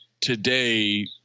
today